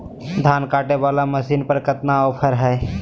धान कटे बाला मसीन पर कतना ऑफर हाय?